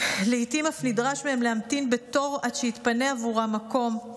לעיתים אף נדרש מהם להמתין בתור עד שיתפנה עבורם מקום.